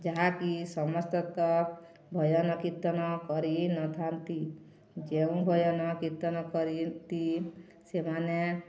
ଯାହାକି ସମସ୍ତ ତ ଭଜନ କୀର୍ତ୍ତନ କରିନଥାନ୍ତି ଯେଉଁ ଭଜନ କୀର୍ତ୍ତନ କରିନ୍ତି ସେମାନେ